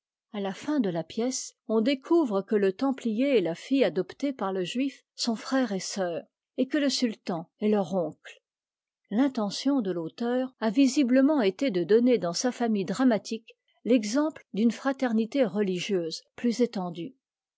a la fin de la pièce on découvre que le templier et la fiite adoptée par le juif sont frère et soeur et que le sultan est leur oncle l'intention de l'auteur a visiblement été de donner dans sa famille dramatique l'exemple d'une fraternité religieuse plus étendue